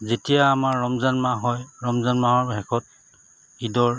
যেতিয়া আমাৰ ৰমজান মাহ হয় ৰমজান মাহৰ শেষত ঈদৰ